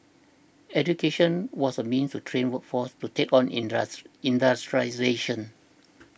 education was a means to train a workforce to take on industral industrialisation